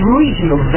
regional